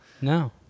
No